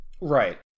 Right